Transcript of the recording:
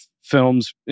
films